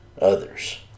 others